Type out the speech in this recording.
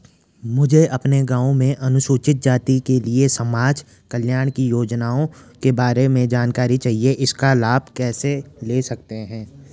मुझे अपने गाँव में अनुसूचित जाति के लिए समाज कल्याण की योजनाओं के बारे में जानकारी चाहिए इसका लाभ कैसे ले सकते हैं?